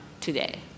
today